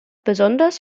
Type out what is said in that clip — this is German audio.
besonders